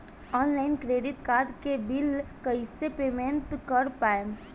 Online credit card के bill कइसे payment कर पाएम?